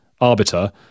arbiter